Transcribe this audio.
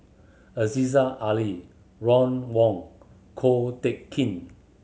Aziza Ali Ron Wong Ko Teck Kin